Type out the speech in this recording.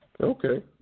Okay